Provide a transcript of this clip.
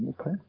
okay